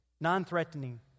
non-threatening